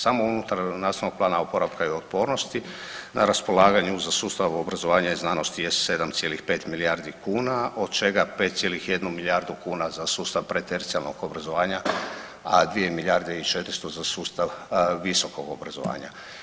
Samo unutar nastavnog plana oporavka i otpornosti na raspolaganju za sustav obrazovanja i znanosti je 7,5 milijardi kuna od čega 5,1 milijardu kuna za sustav predtercijarnog obrazovanja, a 2 milijarde i 400 za sustav visokog obrazovanja.